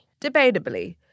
Debatably